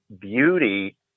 beauty